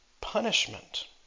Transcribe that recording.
punishment